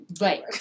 right